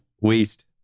Waste